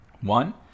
One